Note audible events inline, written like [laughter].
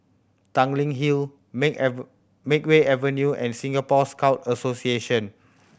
Tanglin Hill Make [unintelligible] Makeway Avenue and Singapore Scout Association